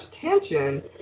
tension